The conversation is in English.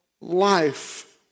life